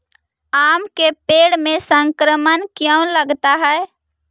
आम के पेड़ में संक्रमण क्यों लगता है?